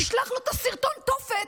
תשלח לו את סרטון התופת,